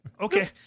Okay